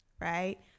right